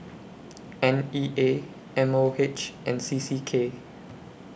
N E A M O H and C C K